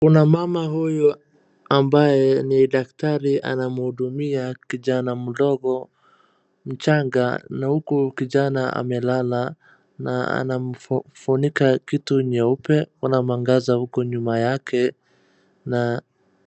Kuna mama huyu ambaye ni daktari anamhudumia kijana mdogo, mchanga, na huku kijana amelala na anam, mfunika kitu nyeupe na kuna mwangaza huko nyuma yake, na...